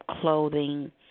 clothing